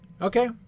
Okay